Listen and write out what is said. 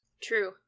True